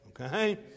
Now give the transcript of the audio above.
okay